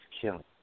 killing